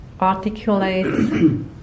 articulates